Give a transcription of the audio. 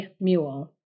mule